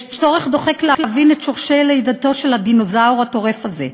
יש צורך דוחק להבין את שורשי לידתו של הדינוזאור הטורף הזה.